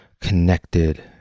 connected